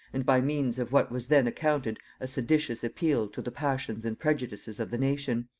and by means of what was then accounted a seditious appeal to the passions and prejudices of the nation.